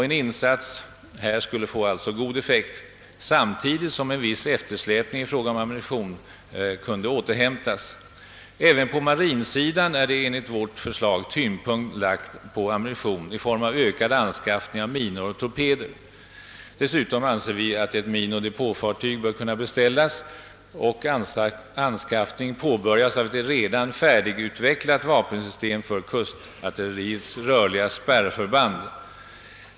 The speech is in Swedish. En insats här skulle ge god effekt samtidigt som en viss eftersläpning i fråga om ammunitionsanskaffning kunde återhämtas. Även på marinsidan är i vårt förslag tyngdpunkten lagd på ammunition i form av ökad anskaffning av minor och torpeder. Dessutom anser vi att ett minoch depåfartyg bör kunna beställas och anskaffning påbörjas av ett redan färdigutvecklat vapensystem för kustartilleriets rörliga spärrförband.